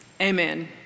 Amen